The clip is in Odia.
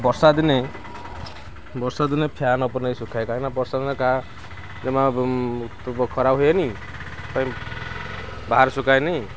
ବର୍ଷା ଦିନେ ବର୍ଷା ଦିନେ ଫ୍ୟାନ୍ ଉପରେ ନେଇ ଶୁଖାଏ କାହିଁକିନା ବର୍ଷା ଦିନେ କାହା ଜମା ତୁ ଖରା ହୁଏନି କାଇଁ ବାହାରେ ଶୁଖାଏନି